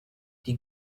die